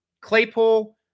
Claypool